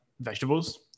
vegetables